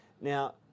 Now